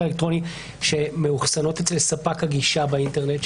אלקטרוני שמאוחסנות אצל ספק הגישה באינטרנט?